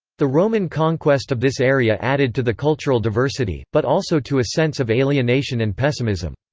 the roman conquest of this area added to the cultural diversity, but also to a sense of alienation and pessimism.